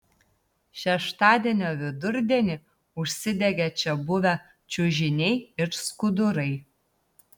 šeštadienio vidurdienį užsidegė čia buvę čiužiniai ir skudurai